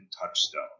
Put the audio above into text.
touchstone